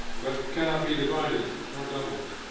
but cannot be divided nor doubled.